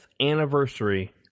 anniversary